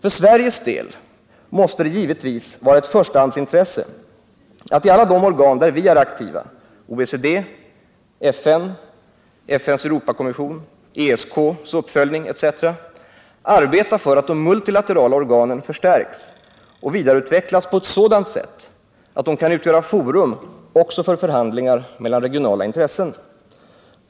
För Sveriges del måste det givetvis vara ett förstahandsintresse att i alla de organ där vi är aktiva — OECD, FN, FN:s Europakommission, ESK:s uppföljning, m.fl. — arbeta för att de multilaterala organen förstärks och vidareutvecklas på ett sådant sätt att de kan utgöra forum också för förhandlingar mellan regionala intressen.